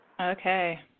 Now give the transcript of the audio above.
Okay